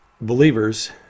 believers